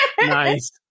Nice